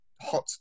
hot